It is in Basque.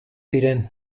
diren